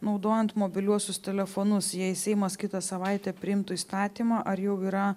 naudojant mobiliuosius telefonus jei seimas kitą savaitę priimtų įstatymą ar jau yra